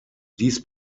dies